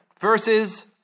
versus